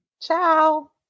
Ciao